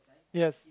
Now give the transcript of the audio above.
yes